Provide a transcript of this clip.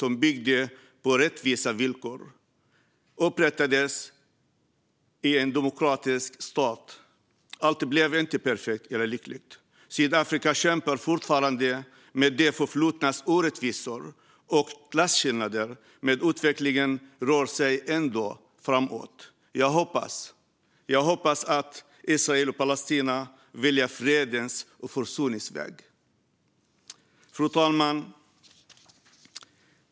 Den byggde på att rättvisa villkor upprättades i en demokratisk stat. Inte allt blev perfekt eller lyckligt. Sydafrika kämpar fortfarande med det förflutnas orättvisor och klasskillnader, men utvecklingen rör sig ändå framåt. Jag hoppas att Israel och Palestina väljer fredens och försoningens väg. Fru talman!